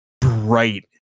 bright